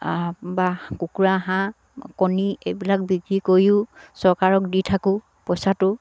বা কুকুৰা হাঁহ কণী এইবিলাক বিক্ৰী কৰিও চৰকাৰক দি থাকোঁ পইচাটো